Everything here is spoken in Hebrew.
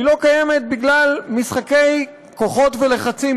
היא לא קיימת בגלל משחקי כוחות ולחצים